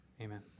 amen